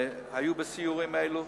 שהיו בסיורים האלו